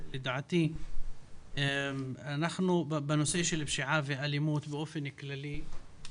לדעתי הנושא של פשיעה ואלימות באופן כללי,